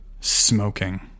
smoking